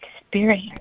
experience